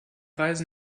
reise